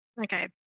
Okay